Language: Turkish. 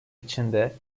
içinde